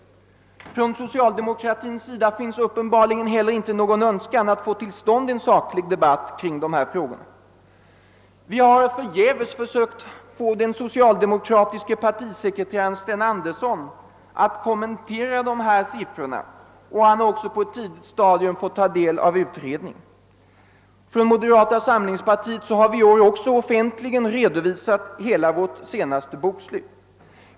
Från socialdemokratins sida finns uppenbarligen heller ingen önskan att få till stånd en saklig debatt kring dessa frågor. Vi har förgäves sökt förmå den socialdemokratiske partisekreteraren Sten Andersson att kommentera dessa siffror, och han har på ett tidigt stadium fått ta del av vår utredning. Moderata samlingspartiet har i år offentligen redovisat hela sitt senaste bokslut.